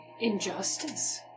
Injustice